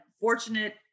fortunate